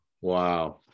Wow